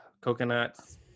Coconuts